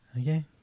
Okay